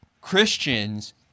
Christians